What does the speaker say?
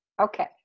Okay